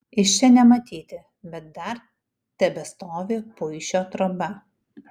iš čia nematyti bet dar tebestovi puišio troba